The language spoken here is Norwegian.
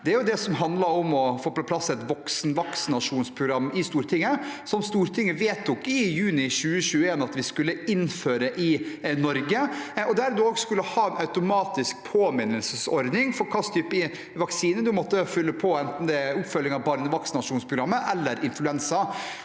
er det som handler om å få på plass et voksenvaksinasjonsprogram, som Stortinget vedtok i juni 2021 at vi skulle innføre i Norge. Der skulle en ha en automatisk påminnelsesordning for hvilken type vaksine en måtte fylle på med, enten det er oppfølging av barnevaksinasjonsprogrammet eller influensa.